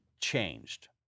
changed